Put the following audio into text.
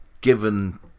given